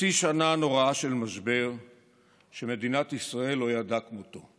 חצי שנה נוראה של משבר שמדינת ישראל לא ידעה כמותו.